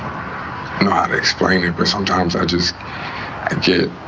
um and explain it. sometimes i just get